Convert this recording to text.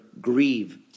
grieve